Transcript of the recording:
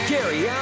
Gary